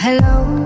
Hello